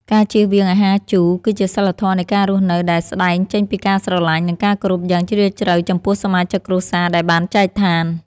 ការជៀសវាងអាហារជូរ គឺជាសីលធម៌នៃការរស់នៅដែលស្តែងចេញពីការស្រឡាញ់ និង ការគោរពយ៉ាងជ្រាលជ្រៅចំពោះសមាជិកគ្រួសារដែលបានចែកឋាន។